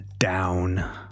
down